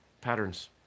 patterns